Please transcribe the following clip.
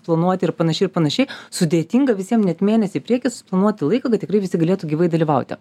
planuoti ir panašiai ir panašiai sudėtinga visiem net mėnesį į priekį suplanuoti laiką kad tikrai visi galėtų gyvai dalyvauti